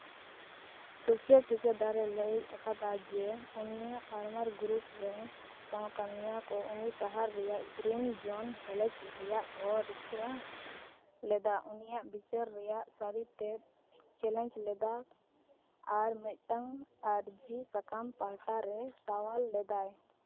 ᱨᱩᱠᱷᱤᱭᱟᱹ ᱴᱷᱤᱠᱟᱹᱫᱟᱨᱮ ᱞᱟᱹᱭ ᱟᱠᱟᱫᱟ ᱡᱮ ᱩᱱᱤᱭᱟᱜ ᱟᱨᱢᱟᱨ ᱜᱨᱩᱯ ᱨᱮ ᱥᱟᱶ ᱠᱟᱹᱢᱤᱭᱟᱹ ᱠᱚ ᱩᱱᱤ ᱥᱟᱦᱟᱨ ᱨᱮᱭᱟᱜ ᱜᱨᱤᱱ ᱡᱳᱱ ᱦᱮᱞᱮᱡᱽ ᱨᱮᱭᱟᱜ ᱠᱚ ᱨᱤᱠᱟᱹ ᱞᱮᱫᱟ ᱩᱱᱤᱭᱟᱜ ᱵᱤᱪᱟᱹᱨ ᱨᱮᱭᱟᱜ ᱥᱟᱹᱨᱤ ᱛᱮᱫ ᱪᱮᱞᱮᱧ ᱞᱮᱫᱟ ᱟᱨ ᱢᱤᱫᱴᱟᱝ ᱟᱨ ᱡᱤ ᱥᱟᱠᱟᱢ ᱯᱟᱦᱴᱟ ᱨᱮ ᱥᱟᱣᱟᱞ ᱞᱮᱫᱟᱭ